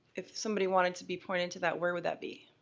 if somebody wanted to be pointed to that, where would that be?